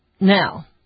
Now